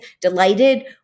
delighted